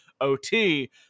OT